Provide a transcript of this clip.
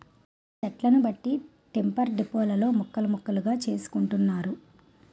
చెట్లను బట్టి టింబర్ డిపోలలో ముక్కలు ముక్కలుగా చేసుకుంటున్నారు